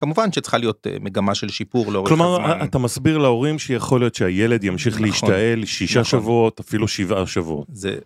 כמובן שצריכה להיות מגמה של שיפור לאורך הזמן. כלומר אתה מסביר להורים שיכול להיות שהילד ימשיך להשתעל שישה שבועות אפילו שבעה שבועות. זה...